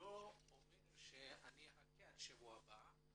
לא אומר שאחכה עד שבוע הבא,